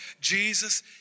Jesus